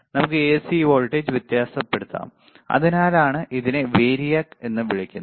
നമുക്ക് AC voltage വ്യത്യാസപ്പെടുത്താം അതിനാലാണ് ഇതിനെ വേരിയാക്ക് എന്ന് വിളിക്കുന്നത്